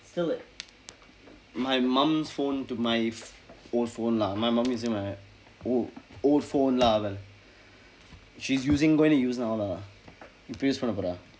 still like my mum's phone to my old phone lah my mum using my ol~ old phone lah but she's using going to use now lah இப்ப:ippa use பண்ணப்போறா:pannappooraa